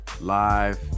live